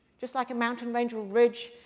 just like a mountain range will ridge.